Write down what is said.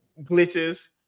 glitches